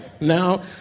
Now